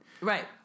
Right